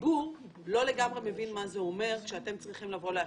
הציבור לא לגמרי מבין מה זה אומר כשאתם צריכים להשקיע.